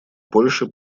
польши